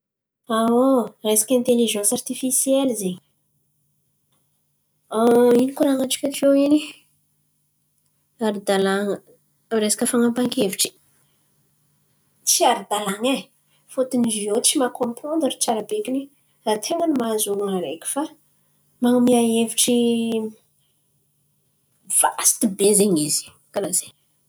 Resaka aintelizansy artifisiely zen̈y. ino koran̈antsika tiô in̈y? Ara-dalàn̈a resaka fan̈apahan-kevitry? Tsy ara-dalàn̈a e. Fôtony izy iô tsy mahakômpirandira tsarabekiny raha ten̈a ny mahazo olon̈o araiky fa man̈amia hevitry vasity be zen̈y izy. Karà zen̈y.